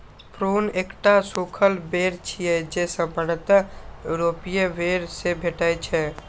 prune एकटा सूखल बेर छियै, जे सामान्यतः यूरोपीय बेर सं भेटै छै